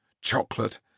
chocolate